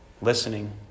listening